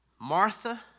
Martha